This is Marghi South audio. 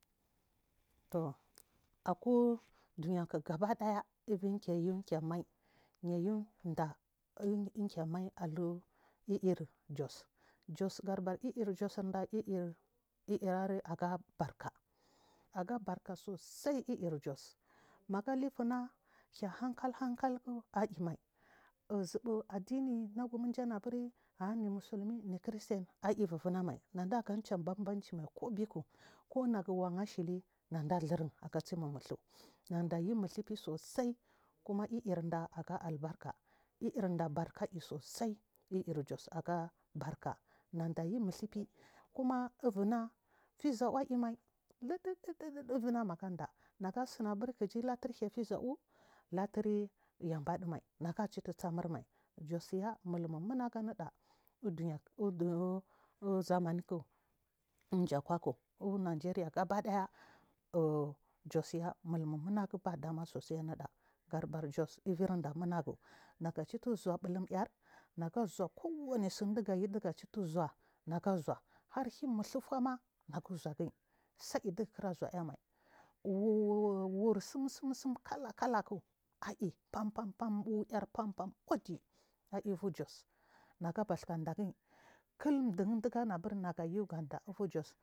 To akuɗunyak gabaɗaye illum keya ullyinda livu er jos akumda eirare jos megalufuna kya hankai aima zubur a aɗini inagum anagu muslim angu christan ai vuman mai nedace banbacima ko birk mumugho nacleyi musifi sosab kuma illrd aga albarka iirɗda barka isusai jir jos aga barka naɗaya muthupi kua vuna fezare aima luɗuɗu naga semiabur kigo laty inyafizau kigi latur yawoɗumai nga chitrga samurmai jos ye nuulnu nunguniɗa u dunya uzamanik injakwask unageria kgabeɗaya uu jos ye numu num agu baɗama susai nida gebur jos illirɗa nunugu nagucitizhu shu yu ɗiha citizus nega zua har hii nudhu fams aɗu zuagir sai gukura zuay mai wuuwu tsu tsum kalalak ai famfa-fam wuak uɗiayi bu jos nagabouske degi kill dim digayi nagadagari.